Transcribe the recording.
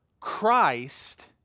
Christ